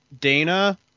Dana